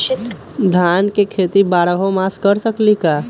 धान के खेती बारहों मास कर सकीले का?